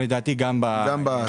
לדעתי גם תוספתי.